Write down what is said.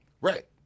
Right